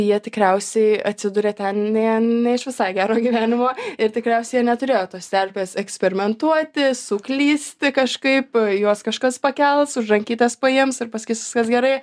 jie tikriausiai atsiduria ten ne ne iš visai gero gyvenimo ir tikriausiai jie neturėjo tos terpės eksperimentuoti suklysti kažkaip juos kažkas pakels už rankytės paims ir pasakys viskas gerai